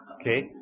okay